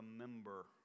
remember